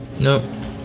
No